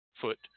foot